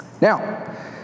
Now